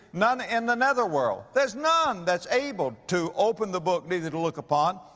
none in the netherworld. there's none that's able to open the book, neither to look upon.